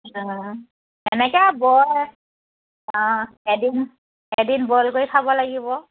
অঁ এনেকৈ বইল অঁ এদিন এদিন বইল কৰি খাব লাগিব